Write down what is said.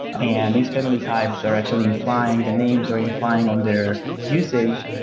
and these family types are actually implying the names or implying on their usage.